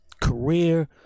career